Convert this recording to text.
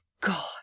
God